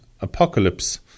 Apocalypse